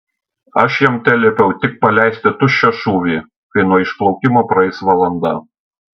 aš jam teliepiau tik paleisti tuščią šūvį kai nuo išplaukimo praeis valanda